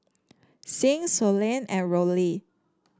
Sing Sloane and Rollie